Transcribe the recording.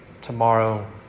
tomorrow